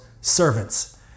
servants